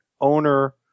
owner